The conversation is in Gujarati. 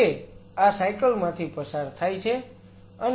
તે આ સાયકલ માંથી પસાર થાય છે